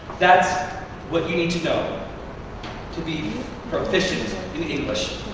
that's what you need to know to be proficient in english.